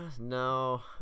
No